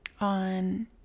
on